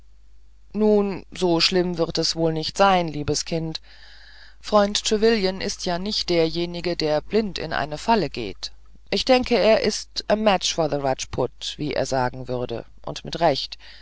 nun so schlimm wird es wohl nicht sein liebes kind freund trevelyan ist ja nicht derjenige der blind in eine falle geht ich denke der ist a match for the rajput wie er sagen würde und mit recht